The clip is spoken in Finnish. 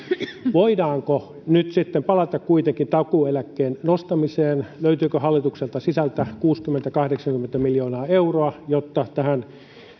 voidaanko nyt sitten palata kuitenkin takuueläkkeen nostamiseen löytyykö hallitukselta sisältä kuusikymmentä viiva kahdeksankymmentä miljoonaa euroa jotta tähän